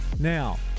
Now